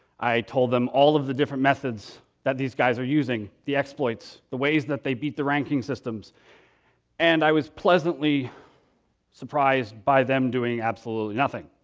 i told them all of the different methods that these guys are using the exploits, the ways that they beat the ranking systems and i was pleasantly surprised by them doing absolutely nothing.